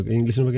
English